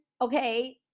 okay